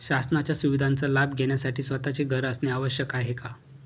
शासनाच्या सुविधांचा लाभ घेण्यासाठी स्वतःचे घर असणे आवश्यक आहे का?